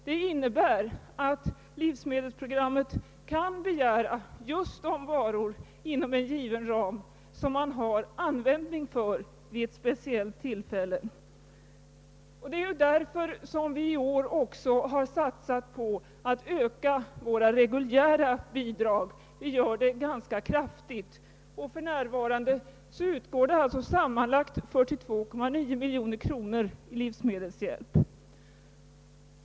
Det innebär att livsmedelsprogrammet kan begära just de varor inom en given ram som det finns användning för vid ett speciellt tillfälle. Det är därför vi i år också har satsat på att öka våra reguljära bidrag ganska kraftigt. För närvarande utgår sammanlagt 42,9 miljoner kronor i livsmedelshjälp.